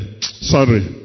sorry